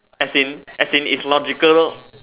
as in as in it's logical